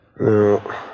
No